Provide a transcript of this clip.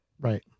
Right